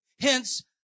Hence